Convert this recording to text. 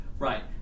Right